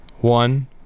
one